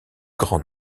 grand